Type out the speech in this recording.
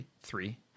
three